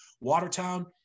Watertown